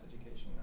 education